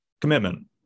commitment